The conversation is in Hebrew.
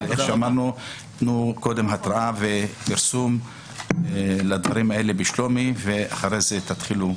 אני מזכיר לכם לתת התראה ופרסום לדברים האלה לפני שתתחילו.